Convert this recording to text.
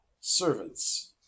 servants